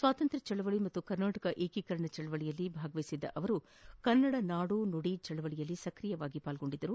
ಸ್ವಾತಂತ್ರ್ಯ ಚಳವಳಿ ಪಾಗೂ ಕರ್ನಾಟಕ ಏಕೀಕರಣ ಚಳವಳಿಯಲ್ಲಿ ಭಾಗವಹಿಸಿದ್ದ ಅವರು ಕನ್ನಡ ನಾಡು ನುಡಿ ಚಳವಳಿಯಲ್ಲಿ ಸ್ಕಿಯರಾಗಿದ್ದರು